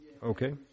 Okay